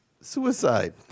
suicide